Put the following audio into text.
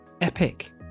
epic